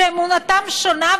שאמונתם שונה?